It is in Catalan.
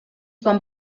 van